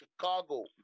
Chicago